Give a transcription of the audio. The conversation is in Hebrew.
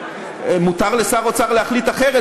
מותר לשר אוצר להחליט אחרת,